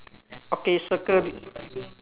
okay circle